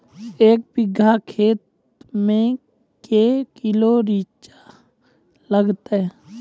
एक बीघा खेत मे के किलो रिचा लागत?